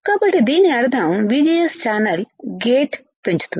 కాబట్టి దీని అర్థం VGS ఛానల్ గేట్ పెంచుతుంది